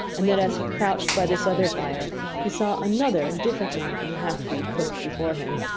and that as he crouched by this other fire he saw another and different man from the half-breed cook before him.